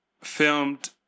filmed